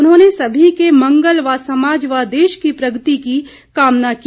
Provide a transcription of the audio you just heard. उन्होंने सभी के मंगल व समाज व देश की प्रगति की कामना की